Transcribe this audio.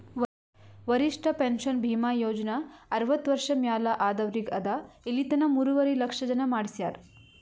ವರಿಷ್ಠ ಪೆನ್ಷನ್ ಭೀಮಾ ಯೋಜನಾ ಅರ್ವತ್ತ ವರ್ಷ ಮ್ಯಾಲ ಆದವ್ರಿಗ್ ಅದಾ ಇಲಿತನ ಮೂರುವರಿ ಲಕ್ಷ ಜನ ಮಾಡಿಸ್ಯಾರ್